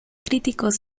críticos